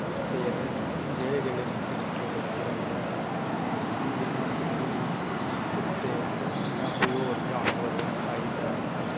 फिर जेह्ड़े जेह्ड़े निक्के निक्के बच्चे होंदे नै हून जियां बिल्लियां कुत्ते जां कोई होर जानवर खाइंदा ऐ